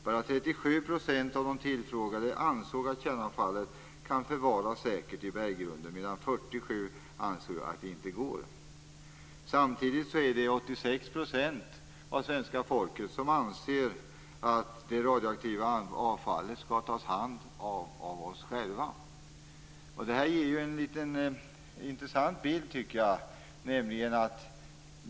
Bara 37 % av de tillfrågade ansåg att kärnavfallet kan förvaras säkert i berggrunden medan 47 % ansåg att detta inte går. Samtidigt är det 86 % av svenska folket som anser att det radioaktiva avfallet skall tas om hand av oss själva. Det här ger ju en litet intressant bild, tycker jag.